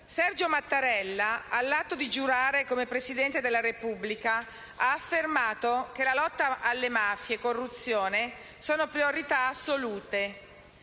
Sergio Mattarella, all'atto di giurare come Presidente della Repubblica, ha affermato che la lotta a mafie e corruzione è una priorità assoluta;